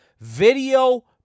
video